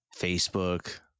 Facebook